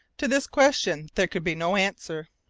to this question there could be no answer.